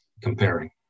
comparing